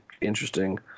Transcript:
interesting